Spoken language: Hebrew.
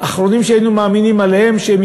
האחרונים שהיינו מאמינים עליהם שהם